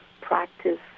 practice